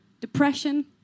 depression